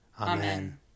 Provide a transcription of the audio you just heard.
Amen